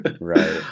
right